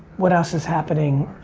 what else is happening?